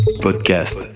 Podcast